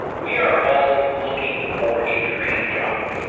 we are all looking for a dream job,